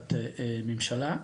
בהחלטת ממשלה.